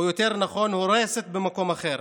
או יותר נכון הורסת במקום אחר: